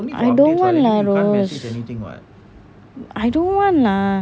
I don't want lah rose I don't want lah